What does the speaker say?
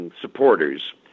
Supporters